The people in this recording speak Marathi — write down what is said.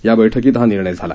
या बैठकीत हा निर्णय झाला